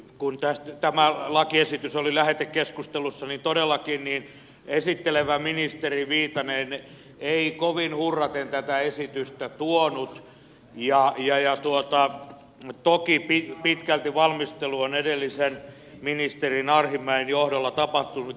kun tämä lakiesitys oli lähetekeskustelussa niin todellakin esittelevä ministeri viitanen ei kovin hurraten tätä esitystä tuonut ja toki pitkälti valmistelu on edellisen ministerin arhinmäen johdolla tapahtunut